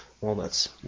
walnuts